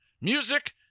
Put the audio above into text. music